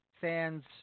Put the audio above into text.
fans